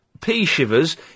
P-shivers